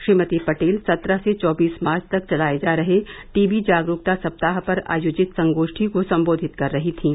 श्रीमती पटेल सत्रह से चौबीस मार्च तक चलाए जा रहे टीबी जागरूकता सप्ताह पर आयोजित संगोष्ठी को सम्बोधित कर रही थीं